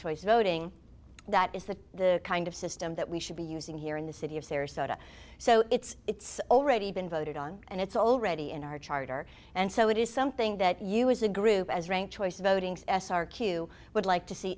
choice voting that is the kind of system that we should be using here in the city of sarasota so it's already been voted on and it's already in our charter and so it is something that you as a group as rank choice voting for s r q would like to see